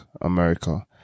America